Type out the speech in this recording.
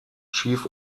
chief